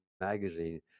Magazine